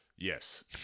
Yes